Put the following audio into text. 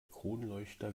kronleuchter